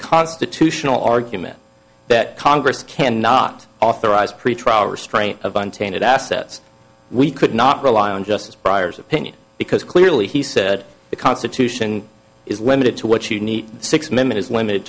constitutional argument that congress can not authorize pretrial restraint of untainted assets we could not rely on justice priors opinion because clearly he said the constitution is limited to what you need six men is limited